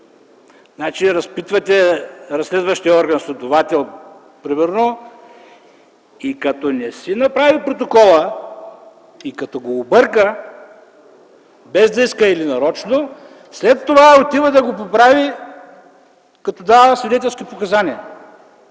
Значи разпитващ е разследващият орган – следовател, примерно, и като не си направи протокола и като го обърка, без да иска или нарочно, след това отива да го поправи, като дава свидетелски показания.